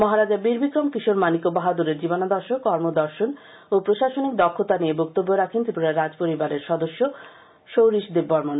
মহারাজা বীরবিক্রম কিশোর মানিক্য বাহাদুরের জীবনাদর্শ কর্মদর্শন ও প্রশাসনিক দক্ষতা নিয়ে বক্তব্য রাখেন ত্রিপুরার রাজ পরিবারের সদস্য সৌরীশ দেববর্মণ